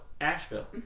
Asheville